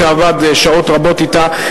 שעבד שעות רבות אתה,